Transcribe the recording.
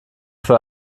für